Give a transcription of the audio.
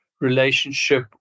relationship